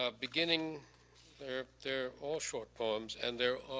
ah beginning they're they're all short poems, and they're